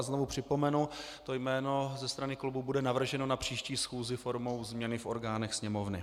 Znovu připomenu, to jméno ze strany klubu bude navrženo na příští schůzi formou změny v orgánech Sněmovny.